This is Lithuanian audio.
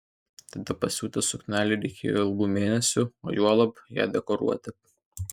tada pasiūti suknelę reikėjo ilgų mėnesių o juolab ją dekoruoti